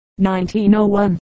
1901